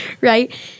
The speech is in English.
right